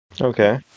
Okay